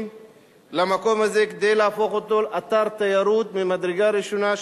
למקום הזה כדי להפוך אותו אתר תיירות ממדרגה ראשונה,